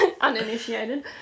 Uninitiated